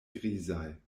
grizaj